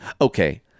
Okay